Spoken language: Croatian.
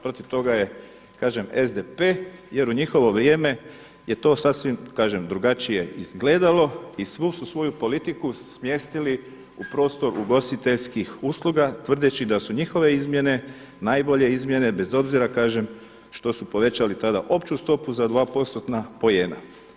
Protiv toga je kažem SDP-e jer u njihovo vrijeme je to sasvim, kažem, drugačije izgledalo i svu su svoju politiku smjestili u prostor ugostiteljskih usluga tvrdeći da su njihove izmjene najbolje izmjene bez obzira kažem, što su povećali tada opću stopu za 2%-na poena.